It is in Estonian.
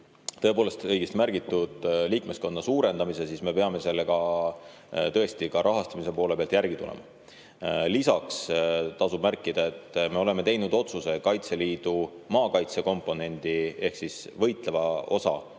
tõepoolest õigesti märgitud liikmeskonna suurenemist, siis me peame tõesti ka rahastamise poole pealt järele tulema. Lisaks tasub märkida, et me oleme teinud otsuse Kaitseliidu maakaitsekomponendi ehk Kaitseliidu võitleva osa